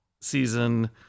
season